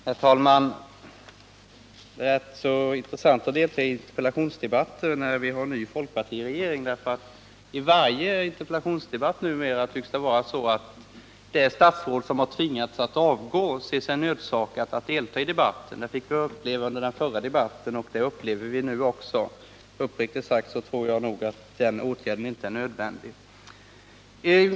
Herr talman! Det är intressant att delta i en interpellationsdebatt när vi nu har fått en folkpartiregering. I varje sådan debatt tycks det numera vara så att det statsråd som tvingats att avgå ser sig nödsakad att delta i debatten. Det fick vi uppleva under debatten om den förra frågan och det får vi uppleva nu också. Uppriktigt sagt tror jag inte att den åtgärden är nödvändig.